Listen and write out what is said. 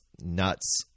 nuts